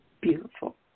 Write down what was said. beautiful